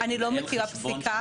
אני לא מכירה פסיקה